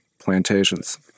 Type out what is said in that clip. plantations